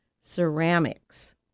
ceramics